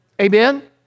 Amen